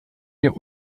der